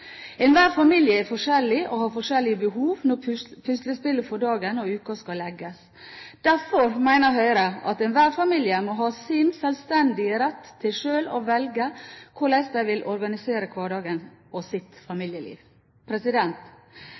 Enhver familie er forskjellig og har forskjellige behov når puslespillet for dagen og uken skal legges. Derfor mener Høyre at enhver familie må ha sin selvstendige rett til sjøl å velge hvordan de vil organisere hverdagen og sitt familieliv.